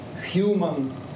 human